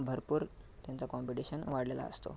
भरपूर त्यांचा कॉम्पिटेशन वाढलेला असतो